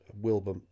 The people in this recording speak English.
Wilbur